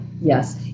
yes